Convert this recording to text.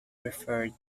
referred